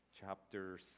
chapter